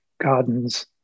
gardens